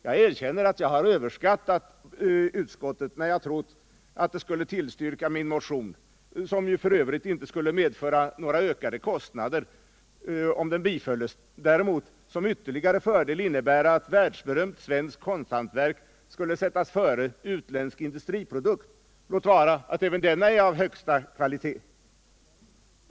Jag erkänner att jag har överskattat utskottet när jag trott att det skulle tillstyrka min motion, som ju f. ö. inte skulle medföra några kostnader, om den bifölles, däremot som ytterligare fördel innebära att världsberömt svenskt konsthantverk skulle sättas före utländsk industriprodukt, låt vara att även denna är av högsta kvalitet.